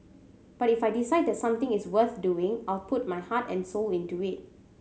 but if I decide that something is worth doing I'll put my heart and soul into it